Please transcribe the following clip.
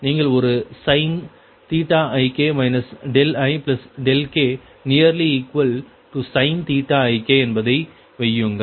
நீங்கள் ஒரு sin ik ik sin ik என்பதை வையுங்கள்